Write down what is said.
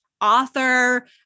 author